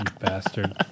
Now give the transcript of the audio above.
Bastard